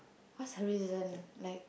what's her reason like